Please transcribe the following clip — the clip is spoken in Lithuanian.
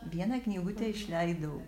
vieną knygutę išleidau